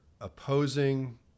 opposing